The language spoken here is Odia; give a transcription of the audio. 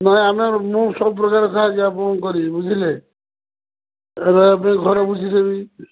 ନାଇଁ ଆମେ ମୁଁ ସବୁପକାର ସାହାଯ୍ୟ ଆପଣଙ୍କୁ କରିବି ବୁଝିଲେ ରହିବା ପାଇଁ ଘର ବୁଝିଦେବି